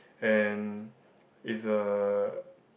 and is a